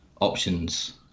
options